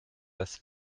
das